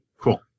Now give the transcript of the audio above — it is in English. Cool